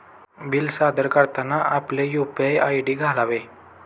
bill सादर करताना आपले यू.पी.आय आय.डी घालावे